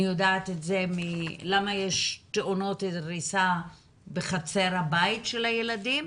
אני יודעת למה יש תאונות דריסה בחצר הבית של הילדים.